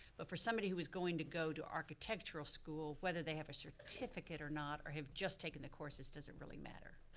but somebody who is going to go to architectural school, whether they have a certificate or not, or have just taken the courses, does it really matter?